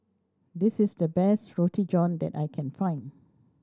this is the best Roti John that I can find